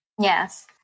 Yes